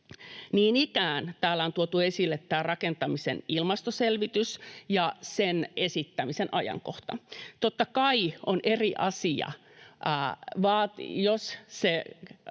Niin ikään täällä on tuotu esille rakentamisen ilmastoselvitys ja sen esittämisen ajankohta. Totta kai on eri asia,